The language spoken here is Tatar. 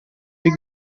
бик